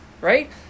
right